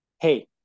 hey